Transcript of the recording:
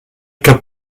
cap